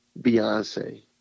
Beyonce